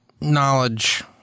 knowledge